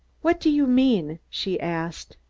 what do you mean? she asked.